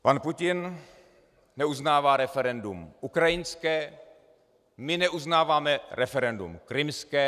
Pan Putin neuznává referendum ukrajinské, my neuznáváme referendum krymské.